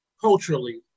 culturally